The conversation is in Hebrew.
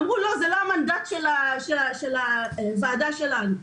הם אמרו שזה לא המנדט של הוועדה שלנו.